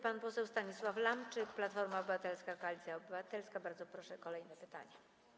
Pan poseł Stanisław Lamczyk, Platforma Obywatelska - Koalicja Obywatelska, bardzo proszę, zada kolejne pytanie.